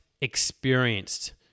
experienced